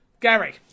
Gary